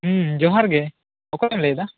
ᱦᱩᱢ ᱡᱚᱦᱟᱨ ᱜᱮ ᱚᱠᱚᱭᱮᱢ ᱞᱟ ᱭᱮᱫᱟ